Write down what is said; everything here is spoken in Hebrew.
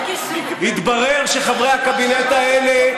התברר שחברי הקבינט האלה,